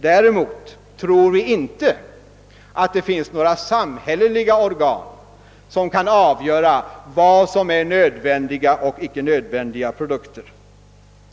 Däremot tror vi inte att det finns några samhälleliga organ som kan avgöra vad som är nödvändiga och icke nödvändiga produkter.